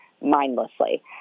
mindlessly